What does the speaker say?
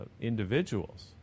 individuals